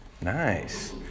nice